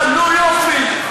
נו, יופי.